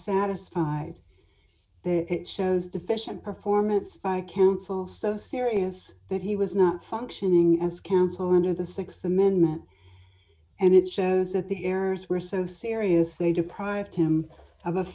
satisfied that it shows deficient performance by counsel so serious that he was not functioning as counsel under the th amendment and it shows that the errors were so serious they deprived him